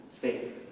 faith